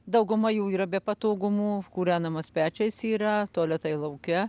dauguma jų yra be patogumų kūrenamas pečiais yra tualetai lauke